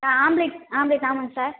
sir omelette omelette ஆமாங்க sir